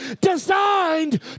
designed